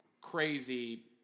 crazy